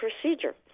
procedure